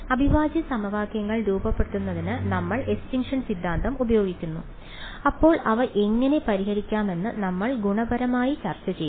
അവിഭാജ്യ സമവാക്യങ്ങൾ രൂപപ്പെടുത്തുന്നതിന് നമ്മൾ എസ്റ്റിൻഷൻ സിദ്ധാന്തം ഉപയോഗിക്കുന്നു അപ്പോൾ അവ എങ്ങനെ പരിഹരിക്കാമെന്ന് നമ്മൾ ഗുണപരമായി ചർച്ച ചെയ്തു